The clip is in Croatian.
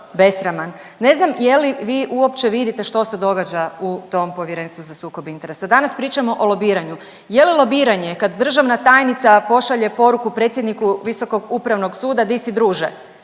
besraman. Ne znam je li vi uopće vidite što se događa u tom Povjerenstvu za sukob interesa? Danas pričamo o lobiranju. Je li lobiranje kad državna tajnica pošalje poruku predsjedniku Visokog upravnog suda „Di si druže,